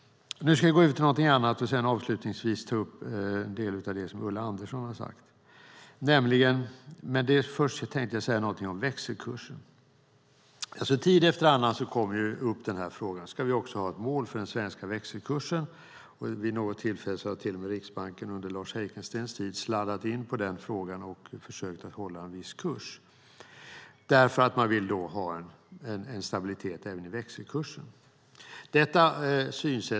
Jag ska nu gå över till något annat, och sedan ta upp en del av det som Ulla Andersson talade om. Jag ska först säga något om växelkursen. Tid efter annan aktualiseras frågan om vi ska ha ett mål för den svenska växelkursen. Vid något tillfälle har Riksbanken, under Lars Heikenstens tid, sladdat in på den frågan och försökt hålla en viss kurs för att man vill ha en stabilitet även i växelkursen.